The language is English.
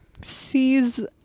Sees